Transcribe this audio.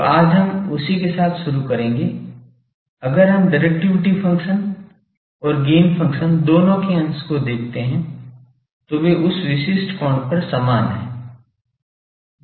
तो आज हम उसी के साथ शुरू करेंगे अगर हम डिरेक्टिविटी फंक्शन और गैन फंक्शन दोनों के अंश को देखते हैं तो वे उस विशिष्ट कोण पर समान हैं